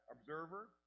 observer